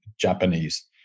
Japanese